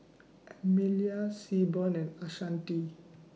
Amelia Seaborn and Ashanti